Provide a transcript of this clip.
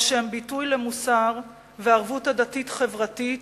או שהם ביטוי למוסר וערבות הדדית חברתית,